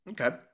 Okay